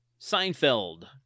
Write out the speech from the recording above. Seinfeld